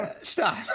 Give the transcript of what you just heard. Stop